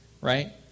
right